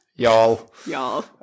Y'all